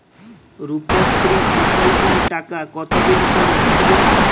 রুপশ্রী প্রকল্পের টাকা কতদিন পর ঢুকবে?